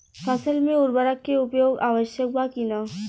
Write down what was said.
फसल में उर्वरक के उपयोग आवश्यक बा कि न?